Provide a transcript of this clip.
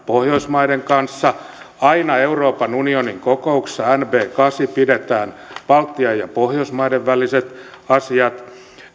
pohjoismaiden kanssa aina euroopan unionin kokouksissa nb kahdeksaan pidetään baltian ja pohjoismaiden välisistä asioista